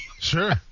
Sure